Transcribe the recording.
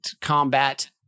combat